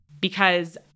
because-